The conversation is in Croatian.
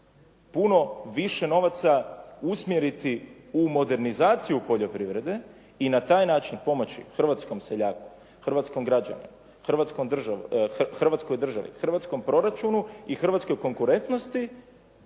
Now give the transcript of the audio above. puno više novaca usmjeriti u modernizaciju poljoprivrede i na taj način pomoći hrvatskom seljaku, hrvatskom građaninu, Hrvatskoj državi, hrvatskom proračunu i hrvatskoj konkurentnosti